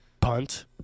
Punt